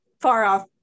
far-off